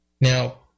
Now